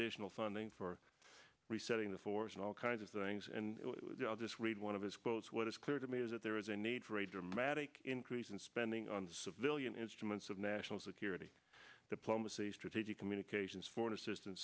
additional funding for resetting the force in all kinds of things and this raid one of his goals what is clear to me is that there is a need for a dramatic increase in spending on civilian instruments of national security diplomacy strategic communications foreign assistan